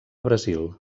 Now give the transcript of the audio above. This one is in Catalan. brasil